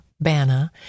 BANA